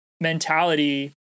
mentality